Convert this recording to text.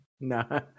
No